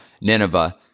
Nineveh